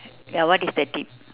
ya what is the tip